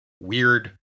weird